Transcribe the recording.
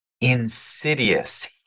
insidious